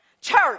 church